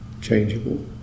changeable